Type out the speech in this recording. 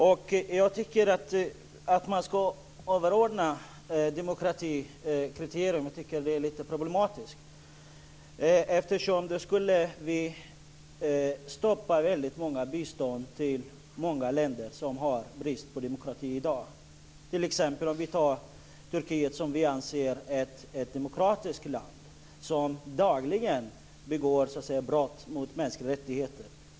Det är lite problematiskt att överordna demokratikriteriet, eftersom det skulle stoppa biståndet till många länder som i dag har brist på demokrati. T.ex. anser vi att Turkiet är ett demokratiskt land. Där begås dagligen brott mot mänskliga rättigheter.